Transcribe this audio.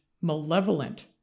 malevolent